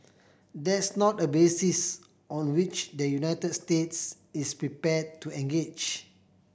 that's not a basis on which the United States is prepared to engage